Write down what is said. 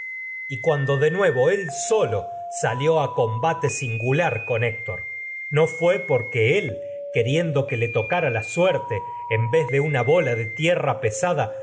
y cuando de nuevo a él solo salió combate singular con héctor no fué de porque una él queriendo que le tocara la suerte puso en vez bola de tierra pesada